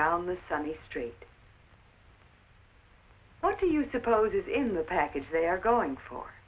down the sunny street what do you suppose is in the package they are going for